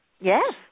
Yes